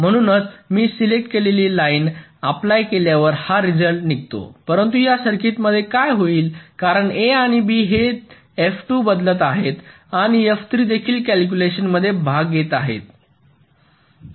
म्हणूनच मी सिलेक्ट केलेली लाईन अप्लाय केल्यावर हा रिझल्ट निघतो परंतु या सर्किटमध्ये काय होईल कारण A आणि B हे F2 बदलत आहेत आणि F3 देखील कॅल्क्युलेशन मध्ये भाग घेत आहेत